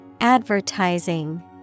Advertising